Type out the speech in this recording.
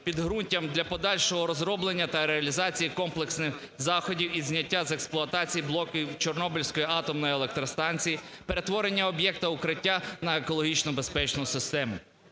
підґрунтям для подальшого розроблення та реалізації комплексних заходів із зняття з експлуатації блоків Чорнобильської атомної електростанції, перетворення об'єкту "Укриття" на екологічно безпечну систему.